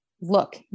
look